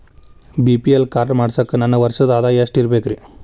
BPL card ಮಾಡ್ಸಾಕ ನನ್ನ ವರ್ಷದ್ ಆದಾಯ ಎಷ್ಟ ಇರಬೇಕ್ರಿ?